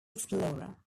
explorer